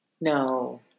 No